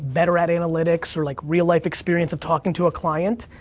better at analytics, or like real life experience of talking to a client,